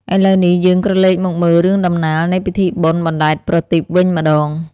ឥឡូវនេះយើងក្រឡេកមកមើលរឿងដំណាលនៃពិធីបុណ្យបណ្ដែតប្រទីបវិញម្តង។